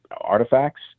artifacts